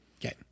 okay